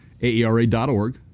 aera.org